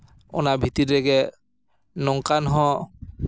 ᱚᱱᱟ ᱵᱷᱤᱛᱤᱨ ᱨᱮᱜᱮ ᱱᱚᱝᱠᱟᱱ ᱦᱚᱸ